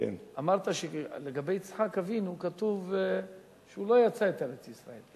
אמרת שלגבי יצחק אבינו כתוב שהוא לא יצא את ארץ-ישראל.